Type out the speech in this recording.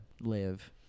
live